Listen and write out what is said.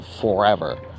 forever